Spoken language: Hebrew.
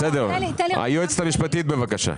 היועצת המשפטית, בבקשה.